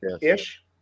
Ish